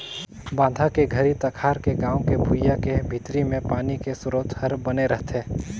बांधा के घरी तखार के गाँव के भुइंया के भीतरी मे पानी के सरोत हर बने रहथे